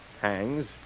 hangs